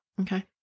Okay